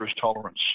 tolerance